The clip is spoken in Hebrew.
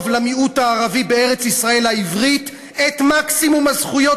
למיעוט הערבי בארץ־ישראל העברית את מקסימום הזכויות